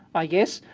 i guess,